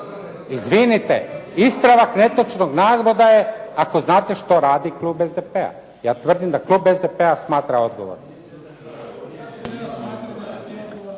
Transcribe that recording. Izvinite, ispravak netočnog navoda je ako znate što radi klub SDP-a. Ja tvrdim da klub SDP-a smatra odgovornim.